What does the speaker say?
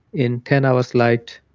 in ten hours light,